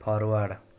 forward